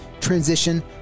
transition